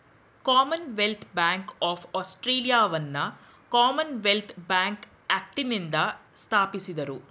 Commonwealth Bank of ಆಸ್ಟ್ರೇಲಿಯಾವನ್ನ Commonwealth Bank ಆಕ್ಟ್ನಿಂದ ಸ್ಥಾಪಿಸಿದ್ದ್ರು